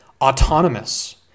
autonomous